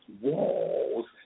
walls